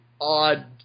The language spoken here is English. odd